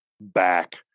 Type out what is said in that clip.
back